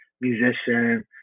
musician